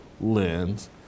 lens